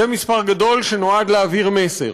זה מספר גדול שנועד להעביר מסר.